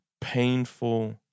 painful